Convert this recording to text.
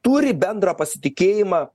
turi bendrą pasitikėjimą